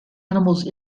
animals